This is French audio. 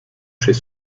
chez